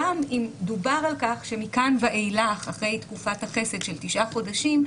גם אם דובר על כך שמכאן ואילך אחרי תקופת החסד של תשעה חודשים,